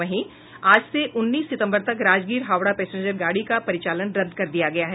वहीं आज से उन्नीस सितम्बर तक राजगीर हावड़ा पैंसेजर गाड़ी का परिचालन रदृद कर दिया गया है